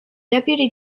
deputy